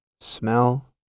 smell